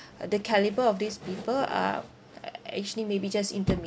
the calibre of these people are ac~ actually maybe just intermediate